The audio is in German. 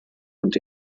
und